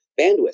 bandwidth